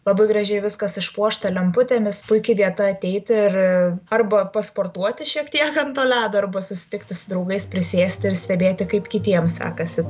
labai gražiai viskas išpuošta lemputėmis puiki vieta ateiti ir arba pasportuoti šiek tiek ant to ledo arba susitikti su draugais prisėsti ir stebėti kaip kitiems sekasi